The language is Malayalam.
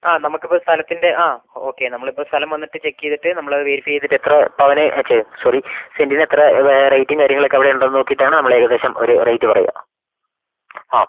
ആ നമുക്ക് ഇപ്പം സ്ഥലത്തിൻ്റ ആ ഓക്കെ നമ്മൾ ഇപ്പം സ്ഥലം വന്നിട്ട് ചെക്ക് ചെയ്തിട്ട് നമ്മൾ അത് വേരിഫൈ ചെയ്തിട്ട് എത്ര പവന് ചേഹ് സോറി സെൻറ്റിന് എത്ര റേറ്റും കാര്യങ്ങളും അവിടെ ഉണ്ടെന്ന് നോക്കിയിട്ടാണ് നമ്മൾ ഏകദേശം ഒരു റേറ്റ് പറയുക ആ